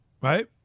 right